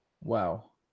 wow